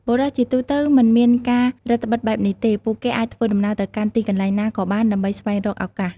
បុរសជាទូទៅមិនមានការរឹតត្បិតបែបនេះទេ ពួកគេអាចធ្វើដំណើរទៅកាន់ទីកន្លែងណាក៏បានដើម្បីស្វែងរកឱកាស។